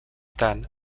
tant